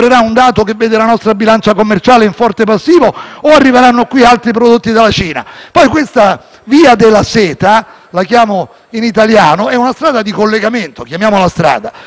Via della Seta (la chiamo in italiano) è una strada di collegamento (chiamiamola strada); voi siete favorevoli come Governo a collegare l'Estremo Oriente con il cuore dell'Occidente e poi non volete fare qualche